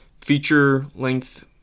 feature-length